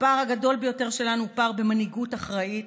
הפער הגדול ביותר שלנו הוא פער במנהיגות אחראית,